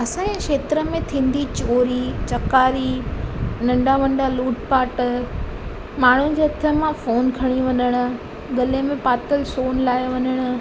असांजे खेत्र में थींदी चोरी चकारी नंढा नंढा लूटपाट माण्हुनि जे हथ मां फोन खणी वञण गले में पातल सोन लाहे वञणु